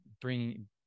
bringing